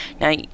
Now